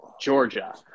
Georgia